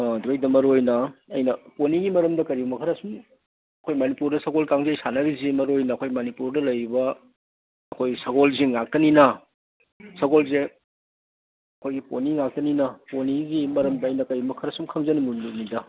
ꯑꯗꯨꯗꯩꯗ ꯃꯔꯨ ꯑꯣꯏꯅ ꯑꯩꯅ ꯄꯣꯅꯤꯒꯤ ꯃꯔꯝꯗ ꯀꯔꯤꯒꯨꯝꯕ ꯈꯔ ꯁꯨꯝ ꯑꯩꯈꯣꯏ ꯃꯅꯤꯄꯨꯔꯗ ꯁꯒꯣꯜ ꯀꯥꯡꯖꯩ ꯁꯥꯟꯅꯔꯤꯁꯤ ꯃꯔꯨ ꯑꯣꯏꯅ ꯑꯩꯈꯣꯏ ꯃꯅꯤꯄꯨꯔꯗ ꯂꯩꯔꯤꯕ ꯑꯩꯈꯣꯏ ꯁꯒꯣꯜꯁꯤꯡ ꯉꯥꯛꯇꯅꯤꯅ ꯁꯒꯣꯜꯁꯦ ꯑꯩꯈꯣꯏꯒꯤ ꯄꯣꯅꯤ ꯉꯥꯛꯇꯅꯤꯅ ꯄꯣꯅꯤꯒꯤ ꯃꯔꯝꯗ ꯑꯩꯅ ꯀꯔꯤꯒꯨꯝꯕ ꯈꯔ ꯁꯨꯝ ꯈꯪꯖꯅꯤꯡꯕꯗꯨꯅꯤꯗ